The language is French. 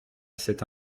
cette